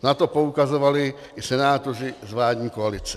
Na to poukazovali i senátoři z vládní koalice.